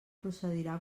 procedirà